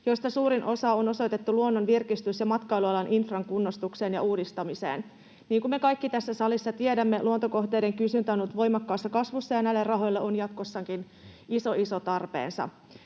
josta suurin osa on osoitettu luonnon virkistys- ja matkailualan infran kunnostukseen ja uudistamiseen. Niin kuin me kaikki tässä salissa tiedämme, luontokohteiden kysyntä on ollut voimakkaassa kasvussa ja näille rahoille on jatkossakin iso, iso tarpeensa.